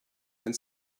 and